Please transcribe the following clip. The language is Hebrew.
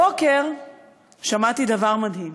הבוקר שמעתי דבר מדהים: